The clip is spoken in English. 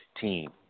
team